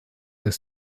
des